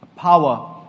power